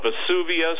Vesuvius